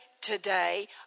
today